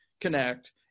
connect